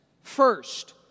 First